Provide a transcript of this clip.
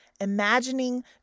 imagining